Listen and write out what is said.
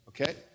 okay